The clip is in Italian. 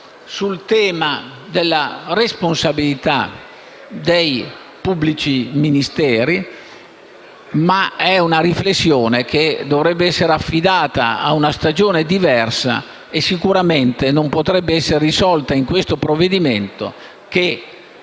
sul tema della responsabilità dei pubblici ministeri, ma è una riflessione che dovrebbe essere affidata a una stagione diversa e sicuramente non potrebbe essere risolta in questo provvedimento che,